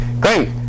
great